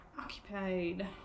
occupied